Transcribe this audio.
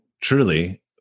truly